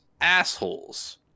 assholes